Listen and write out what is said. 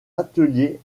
atelier